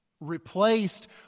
replaced